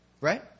Right